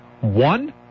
One